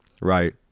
right